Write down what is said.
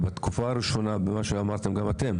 בתקופה הראשונה במה שאמרתם גם אתם,